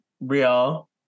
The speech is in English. Real